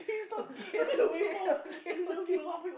okay okay okay okay